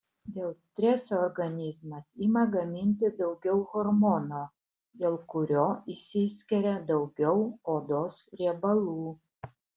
dėl streso organizmas ima gaminti daugiau hormono dėl kurio išsiskiria daugiau odos riebalų